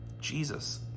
Jesus